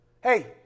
Hey